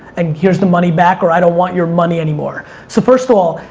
and here's the money back, or i don't want your money anymore. so first of all,